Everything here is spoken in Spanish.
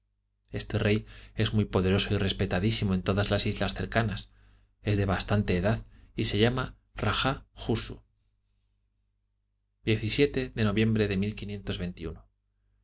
este rey es muy poderoso y respetadísirao en todas las islas cercanas es de bastante edad y se llama aja oso de noviembre de